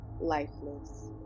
lifeless